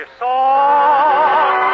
song